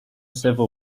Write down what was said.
civil